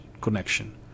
connection